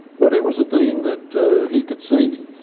but it was a thing that he could see.